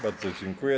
Bardzo dziękuję.